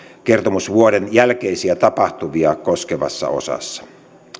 kertomusvuoden jälkeisiä tapahtumia koskevassa osassa